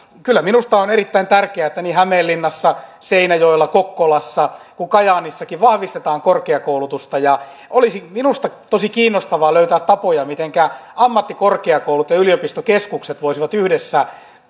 kyllä minusta on erittäin tärkeää että niin hämeenlinnassa seinäjoella kokkolassa kuin kajaanissakin vahvistetaan korkeakoulutusta minusta olisi tosi kiinnostavaa löytää tapoja mitenkä ammattikorkeakoulut ja yliopistokeskukset voisivat yhdessä